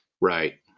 Right